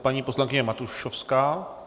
Paní poslankyně Matušovská.